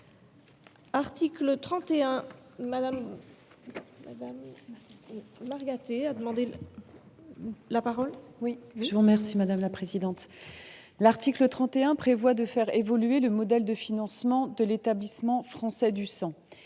L’article 31 prévoit de faire évoluer le modèle de financement de l’Établissement français du sang